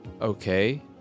Okay